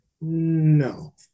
No